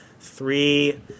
three